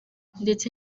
ndetse